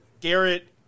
Garrett